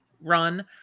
run